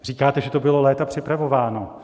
Říkáte, že to bylo léta připravováno.